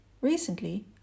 Recently